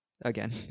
Again